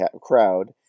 crowd